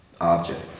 object